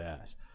ass